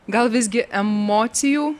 gal visgi emocijų